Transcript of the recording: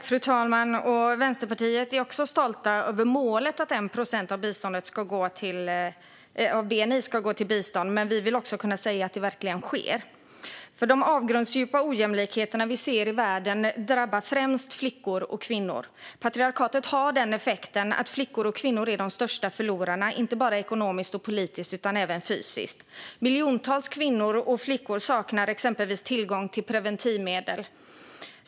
Fru talman! Vi i Vänsterpartiet är också stolta över målet att 1 procent av bni ska gå till bistånd. Men vi vill också kunna säga att det verkligen sker. De avgrundsdjupa ojämlikheter som vi ser i världen drabbar främst flickor och kvinnor. Patriarkatet har den effekten att flickor och kvinnor är de största förlorarna, inte bara ekonomiskt och politiskt utan även fysiskt. Miljontals kvinnor och flickor saknar exempelvis tillgång till preventivmedel.